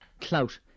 clout